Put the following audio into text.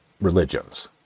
religions